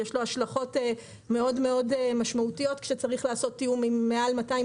יש לו השלכות משמעותיות מאוד כשצריך לעשות תיאום עם מעל 250